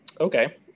Okay